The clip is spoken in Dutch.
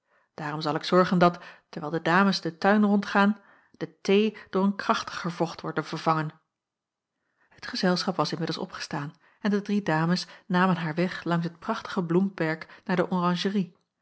daarom zal ik zorgen dat terwijl de dames den tuin rondgaan de thee door een krachtiger vocht worde vervangen het gezelschap was inmiddels opgestaan en de drie dames namen haar weg langs het prachtige bloemperk naar de oranjerie